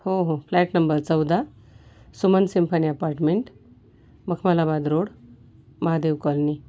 हो हो flat number चौदा Suman symphony apartment Makhmalabad road Mahadev colony